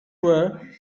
were